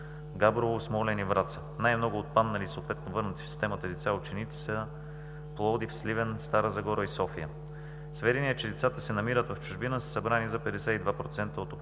Габрово, Смолян и Враца. Най-много отпаднали, съответно върнати в системата деца и ученици, са в Пловдив, Сливен, Стара Загора и София. Сведения, че децата се намират в чужбина са събрани за 52% от